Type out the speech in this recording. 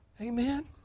Amen